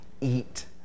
eat